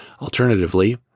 Alternatively